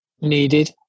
needed